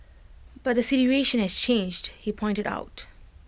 but the situation has changed he pointed out